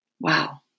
wow